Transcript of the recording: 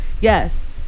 yes